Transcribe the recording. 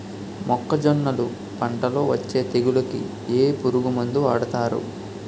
మొక్కజొన్నలు పంట లొ వచ్చే తెగులకి ఏ పురుగు మందు వాడతారు?